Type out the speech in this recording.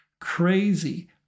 crazy